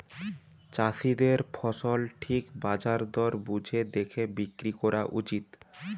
চাষীদের ফসল ঠিক বাজার দর বুঝে দেখে বিক্রি কোরা উচিত